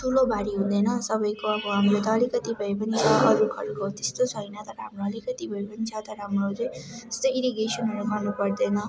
ठुलो बारी हुँदैन सबैको अब हाम्रो त अलिकति भएपनि छ अरूहरूको त्यस्तो छैन तर हाम्रो अलिकति भएपनि छ तर हाम्रो चाहिँ त्यस्तो इरिगेसनहरू गर्नु पर्दैन